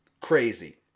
crazy